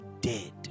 dead